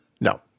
no